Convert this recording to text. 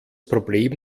problem